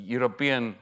European